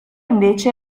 invece